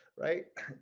right,